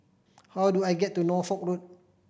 how do I get to Norfolk Road